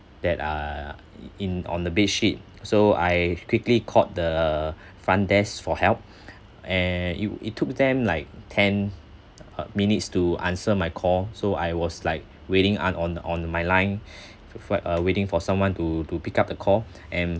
that are in on the bedsheet so I quickly called the front desk for help and it w~ it took them like ten uh minutes to answer my call so I was like waiting un~ on on my line for like uh waiting for someone to to pick up the call and